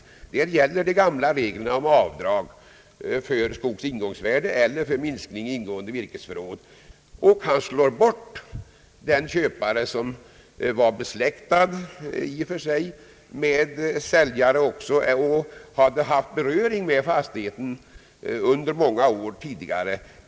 För honom gäller de gamla reglerna om avdrag för skogens ingångvärde eller för minskning i ingående virkesförråd. Han slår alltså ut den person som var besläktad med säljaren och som haft beröring med fastigheten under många år tidigare.